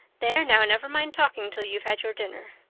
there now, never mind talking till you've had your dinner.